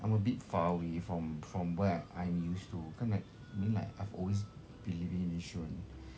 I'm a bit far away from from where I'm used to kan like I mean like I've always been living in yishun